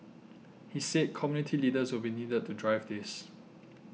he said community leaders will be needed to drive this